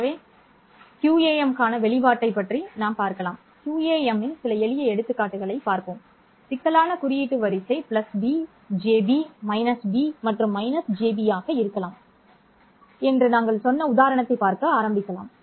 எனவே இது QAM க்கான வெளிப்பாட்டைப் பற்றியது QAM இன் சில எளிய எடுத்துக்காட்டுகளைப் பார்ப்போம் சிக்கலான குறியீட்டு வரிசை b jb b மற்றும் -jb ஆக இருக்கலாம் என்று நாங்கள் சொன்ன உதாரணத்தைப் பார்க்க ஆரம்பித்தோம்